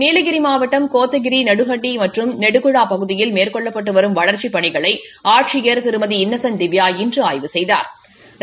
நீலகிரி மாவட்டம் கோத்தகிரி நடுஹட்டி மற்றும் நெடுகுழா பகுதியில் மேற்கொள்ளப்பட்டு வரும் வளா்ச்சிப் பணிகளை ஆட்சியா் திருமதி இன்னசென்ட் திவ்யா இன்று ஆய்வு செய்தாா்